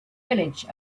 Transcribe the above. village